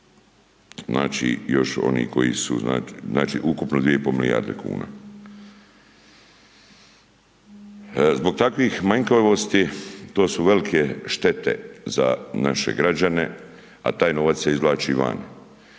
znači još onih koji su znači ukupno 2,5 milijarde kuna. Zbog takvih manjkavosti, to su velike štete za naše građane a taj novac se izvlači van.